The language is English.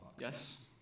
Yes